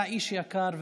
אתה איש יקר,